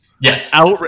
Yes